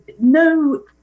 no